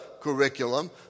curriculum